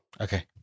Okay